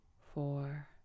four